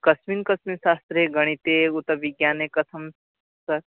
कस्मिन् कस्मिन् शास्त्रे गणिते उत विज्ञाने कथं सः